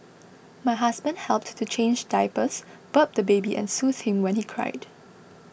my husband helped to change diapers burp the baby and soothe him when he cried